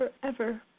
forever